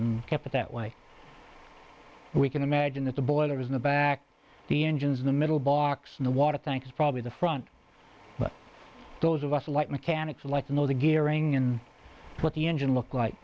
kept it that way we can imagine that the boiler was in the back of the engines in the middle box in the water thanks probably the front but those of us like mechanics like to know the gearing and put the engine look